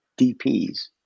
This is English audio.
DPs